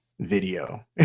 video